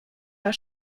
war